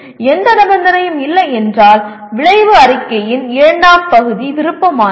எந்த நிபந்தனையும் இல்லை என்றால் விளைவு அறிக்கையின் இரண்டாம் பகுதி விருப்பமானது